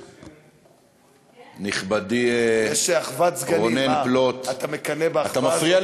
נכבדים, נכבדי רונן פלוט,